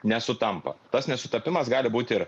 nesutampa tas nesutapimas gali būt ir